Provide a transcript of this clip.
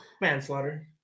Manslaughter